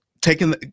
taking